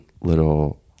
little